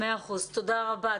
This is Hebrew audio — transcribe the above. מאה אחוז, תודה רבה.